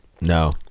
No